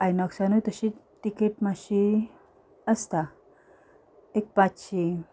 आयनॉक्सानय तशीच टिकेट मातशी आसता एक पांचशीं